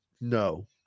No